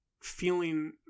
feeling